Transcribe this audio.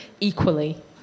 equally